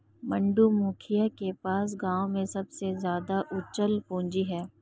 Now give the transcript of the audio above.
मंटू, मुखिया के पास गांव में सबसे ज्यादा अचल पूंजी है